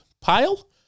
pile